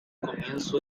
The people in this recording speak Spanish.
comienzo